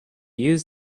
use